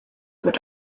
wird